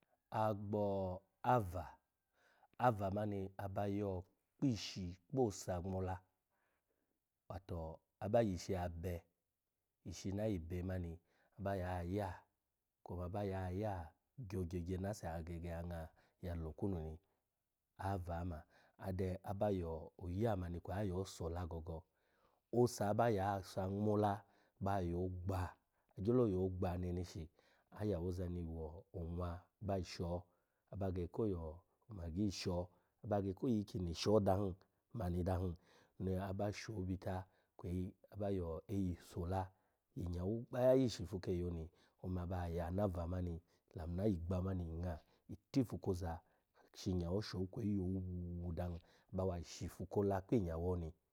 Agbo-ava, ava mani aba yo kpi ishi kpo osa ngmola, wato aba yishi abe, ishi nayi be mani aba yo ya kuma aba yo ya gyogye na ase agege nggaya lokwumi ni, ava ma, a den, aba yo ya mani kweyi ayo sola gogo, osa aba yo osa ngmola ba yo gba, agyelo yo neneshi aya awoza ni wo onwa ba yi sho, aba gege koyo omagi, aba gege ko yi ikyini sho dahin mani dahin kweyi aba yo eyi sola, yi inyawo gbayayi shifu keyi oni oma aba yana aca mani olamu ni ayai gba mani yi nga tipu koza shinyawo sho kweyi yo wu wu dahin bawa shifu kola kpi inyawo oni.